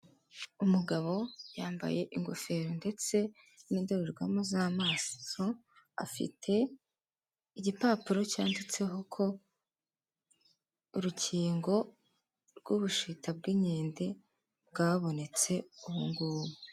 Umugabo yambaye ingofero ndetse n'indorerwamo z'amaso, afite igipapuro cyanditseho ko urukingo rw'ubushita bw'inkende rwabonetse ubu ngubu.